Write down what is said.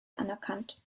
anerkannt